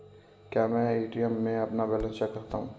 क्या मैं ए.टी.एम में अपना बैलेंस चेक कर सकता हूँ?